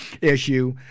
issue